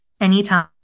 anytime